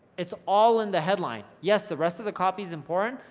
it's all in the headline. yes, the rest of the copy's important,